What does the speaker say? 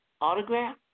Autograph